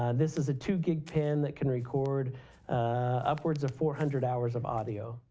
ah this is a two gig pen that can record upwards of four hundred hours of audio